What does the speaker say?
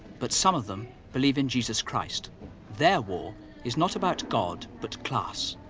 but some of them believe in jesus christ their war is not about god, but class